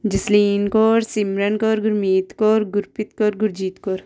Jasleen Kaur Simran Kaur Gurmeet Kaur Gurpreet Kaur Gurjeet Kaur